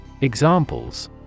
Examples